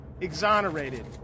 exonerated